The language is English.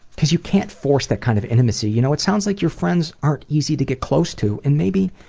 because you can't force that kind of intimacy. you know it sounds like your friends aren't easy to get close to and maybe,